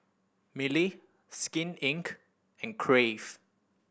Mili Skin Inc and Crave